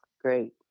Great